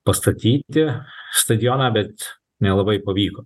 pastatyti stadioną bet nelabai pavyko